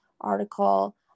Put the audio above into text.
article